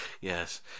Yes